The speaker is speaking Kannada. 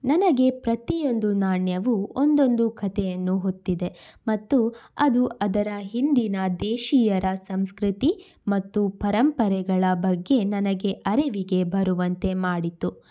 ನನಗೆ ಪ್ರತಿ ಒಂದು ನಾಣ್ಯವೂ ಒಂದೊಂದು ಕಥೆಯನ್ನು ಹೊತ್ತಿದೆ ಮತ್ತು ಅದು ಅದರ ಹಿಂದಿನ ದೇಶೀಯರ ಸಂಸ್ಕೃತಿ ಮತ್ತು ಪರಂಪರೆಗಳ ಬಗ್ಗೆ ನನಗೆ ಅರಿವಿಗೆ ಬರುವಂತೆ ಮಾಡಿತು